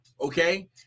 okay